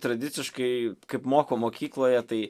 tradiciškai kaip moko mokykloje tai